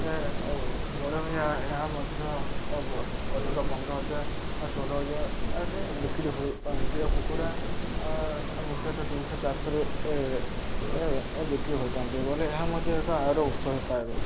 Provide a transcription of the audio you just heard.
ଓ ବଡ଼ ଏହା ଏହା ମଧ୍ୟ ଅଧିକ ପନ୍ଦର ହଜାର ଷୋହଳ ହଜାରରେ ବିକ୍ରି ହୋଇପାରନ୍ତି ଆଉ କୁକୁଡ଼ା ମୁଖ୍ୟତଃ ତିନିଶହ ଚାରିଶହରେ ବିକ୍ରି ହୋଇଥାନ୍ତି ବୋଲେ ଏହା ମଧ୍ୟ ଏକ ଆୟର ଉତ୍ସ ହେଇ ପାରିବ